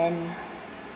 and